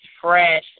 fresh